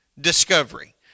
discovery